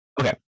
okay